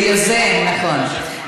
אתה יוזם, נכון.